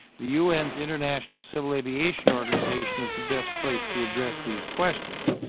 the u n s international civil aviation organization is the best place to address these questions.